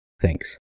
Thanks